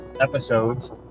episodes